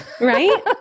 right